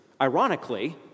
ironically